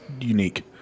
unique